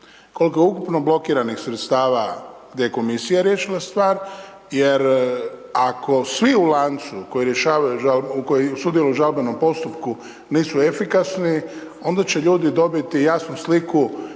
kolko je ukupno blokiranih sredstava gdje je komisija riješila stvar jer ako svi u lancu koji rješavaju žalbu, koji sudjeluju u žalbenom postupku nisu efikasni onda će ljudi dobiti jasnu sliku